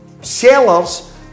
sellers